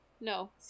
No